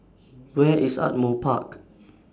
Where IS Ardmore Park